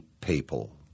people